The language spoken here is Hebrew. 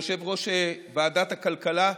יושב-ראש ועדת הכלכלה,